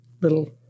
little